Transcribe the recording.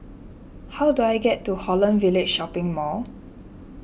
how do I get to Holland Village Shopping Mall